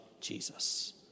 Jesus